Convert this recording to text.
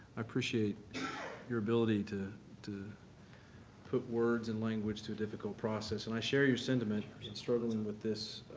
appreciate your ability to to put words and language to a difficult process and i share your sentiment in struggling with this